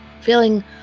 feeling